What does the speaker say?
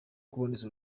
kuboneza